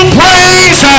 praise